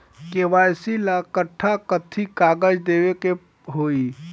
KYC ला कट्ठा कथी कागज देवे के होई?